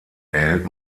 erhält